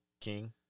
King